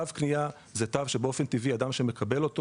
תו קנייה הוא תו באופן טבעי, אדם שמקבל אותו